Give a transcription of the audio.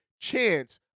chance